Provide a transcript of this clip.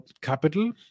capital